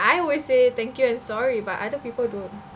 I always say thank you and sorry but other people don't